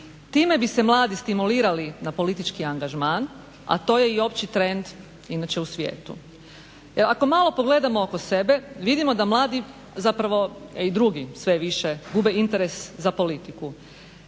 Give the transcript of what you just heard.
time bi se mladi stimulirali na politički angažman, a to je i opći trend inače u svijetu. Evo, ako malo pogledamo oko sebe vidimo da mladi zapravo, a i drugi sve više gube interes za politiku.